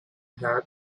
had